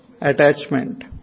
attachment